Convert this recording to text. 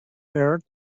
earth